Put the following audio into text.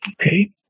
Okay